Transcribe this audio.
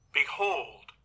Behold